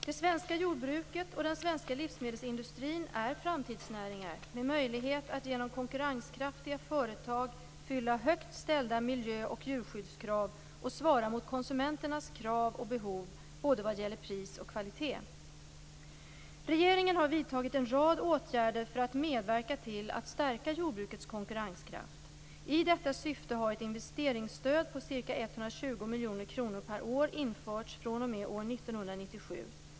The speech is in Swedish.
Det svenska jordbruket och den svenska livsmedelsindustrin är framtidsnäringar med möjlighet att genom konkurrenskraftiga företag uppfylla högt ställda miljö och djurskyddskrav och svara mot konsumenternas krav och behov både vad gäller pris och kvalitet. Regeringen har vidtagit en rad åtgärder för att medverka till att stärka jordbrukets konkurrenskraft. I detta syfte har ett investeringsstöd på ca 120 miljoner kronor per år införts fr.o.m. år 1997.